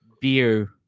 beer